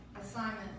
assignment